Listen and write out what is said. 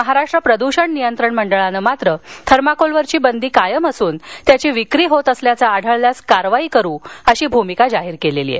महाराष्ट्र प्रदूषण नियंत्रण मंडळानं मात्र थर्माकोलवरील बंदी कायम असून त्याची विक्री होत असल्याचं आढळल्यास कारवाई करू अशी भूमिका जाहीर केली आहे